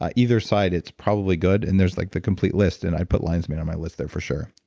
ah either side it's probably good and there's like the complete list, and i put lion's mane on my list there for sure